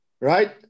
right